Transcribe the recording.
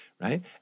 right